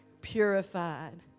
purified